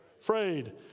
afraid